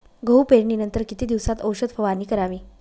गहू पेरणीनंतर किती दिवसात औषध फवारणी करावी?